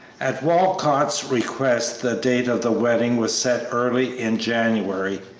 at walcott's request the date of the wedding was set early in january,